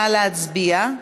נא להצביע.